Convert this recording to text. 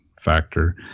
factor